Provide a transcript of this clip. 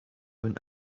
when